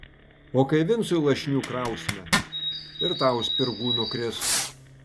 o kai vincui lašinių krausime ir tau spirgų nukris